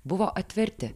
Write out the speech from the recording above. buvo atverti